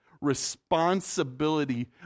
responsibility